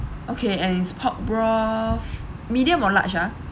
okay and it's pork broth medium or large ah